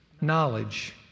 knowledge